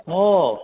oh